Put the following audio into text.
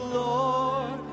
lord